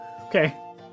Okay